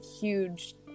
huge